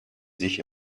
sich